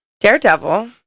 Daredevil